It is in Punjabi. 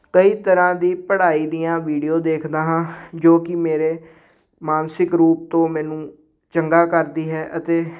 ਕਈ ਤਰ੍ਹਾਂ ਦੀ ਪੜ੍ਹਾਈ ਦੀਆਂ ਵੀਡੀਓ ਦੇਖਦਾ ਹਾਂ ਜੋ ਕਿ ਮੇਰੇ ਮਾਨਸਿਕ ਰੂਪ ਤੋਂ ਮੈਨੂੰ ਚੰਗਾ ਕਰਦੀ ਹੈ ਅਤੇ